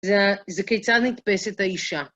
זה כיצד נתפסת האישה.